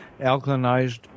alkalinized